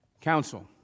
counsel